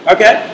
Okay